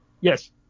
Yes